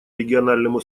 региональному